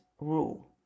rule